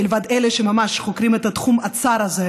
מלבד אלה שממש חוקרים את התחום הצר מאוד הזה.